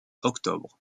octobre